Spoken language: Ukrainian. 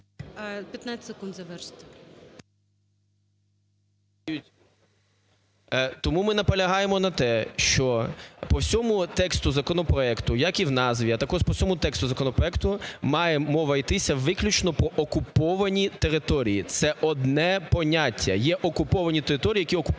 15 секунд, завершуйте. ЛЕВЧЕНКО Ю.В. Тому ми наполягаємо на те, що по всьому тексту законопроекту, як і в назві, а також по всьому тексту законопроекту має мова йтися виключно по окупованій території, це одне поняття. Є окуповані території, які окупувала